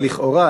אבל לכאורה,